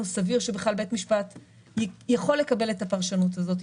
סביר שבכלל בית משפט יכול לקבל את הפרשנות הזאת.